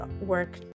work